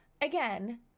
again